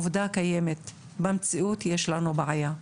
עובדה קיימת במציאות יש לנו בעיה,